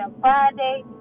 friday